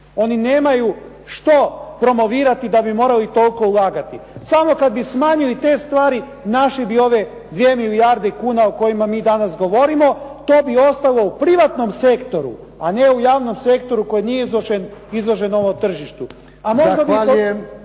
Oni nemaju što promovirati da bi morali toliko ulagati. Samo kad bi smanjili te stvari našli bi ove 2 milijarde kuna o kojima mi danas govorimo. To bi ostalo u privatnom sektoru, a ne u javnom sektoru koji nije izložen ovom tržištu. **Jarnjak,